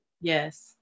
Yes